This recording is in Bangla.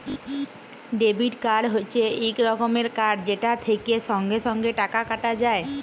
ডেবিট কার্ড হচ্যে এক রকমের কার্ড যেটা থেক্যে সঙ্গে সঙ্গে টাকা কাটা যায়